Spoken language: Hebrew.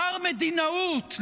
מר מדינאות,